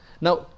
now